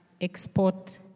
export